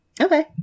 Okay